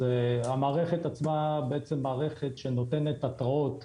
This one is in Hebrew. המערכת עצמה היא מערכת שנותנת התראות,